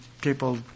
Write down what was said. people